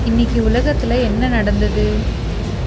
இன்னைக்கு உலகத்தில் என்ன நடந்தது